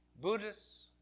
Buddhists